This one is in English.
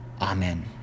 Amen